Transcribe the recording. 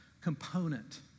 component